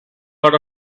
out